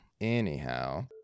anyhow